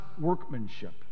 workmanship